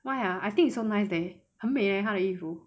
why ah I think it's so nice eh 很美嘞他的衣服